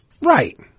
Right